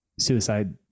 Suicide